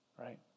Right